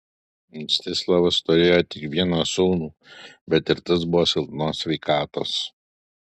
mstislavas turėjo tik vieną sūnų bet ir tas buvo silpnos sveikatos